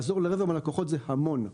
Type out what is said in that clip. לעזור לרבע מהלקוחות זה המון,